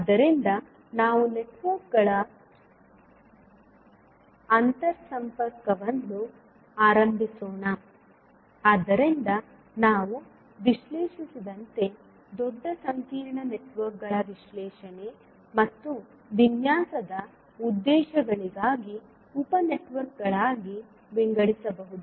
ಆದ್ದರಿಂದ ನಾವು ನೆಟ್ವರ್ಕ್ಗಳ ಅಂತರ್ಸಂಪರ್ಕವನ್ನು ಆರಂಭಿಸೋಣ ಆದ್ದರಿಂದ ನಾವು ವಿಶ್ಲೇಷಿಸಿದಂತೆ ದೊಡ್ಡ ಸಂಕೀರ್ಣ ನೆಟ್ವರ್ಕ್ಗಳ ವಿಶ್ಲೇಷಣೆ ಮತ್ತು ವಿನ್ಯಾಸದ ಉದ್ದೇಶಗಳಿಗಾಗಿ ಉಪ ನೆಟ್ವರ್ಕ್ಗಳಾಗಿ ವಿಂಗಡಿಸಬಹುದು